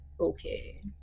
okay